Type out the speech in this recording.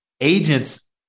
agents